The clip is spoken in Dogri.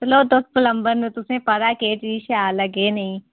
चलो तुस प्लम्बर न तुसें ई पता ऐ केह् चीज शैल ऐ केह् नेईं